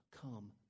come